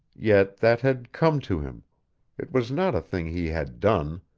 yet that had come to him it was not a thing he had done